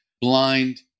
blind